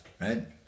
right